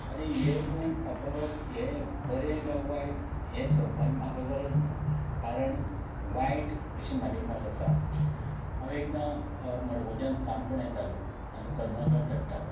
आतां इयरफोन वापरप हें बरें कांय वायट हें सांगपाची म्हाका गरज ना कारण वायट अशें म्हजें मत आसा हांवें एकदां मडगोंवच्यान काणकोण येतालो आनी करमल घांट चडटालों